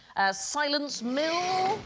ah silence mill